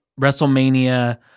WrestleMania